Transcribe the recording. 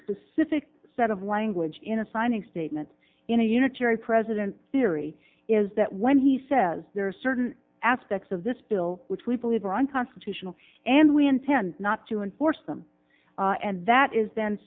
specific set of language in a signing statement in a unitary president theory is that when he says there are certain aspects of this bill which we believe are unconstitutional and we intend not to enforce them and that is then